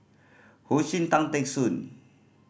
Ho Ching Tan Teck Soon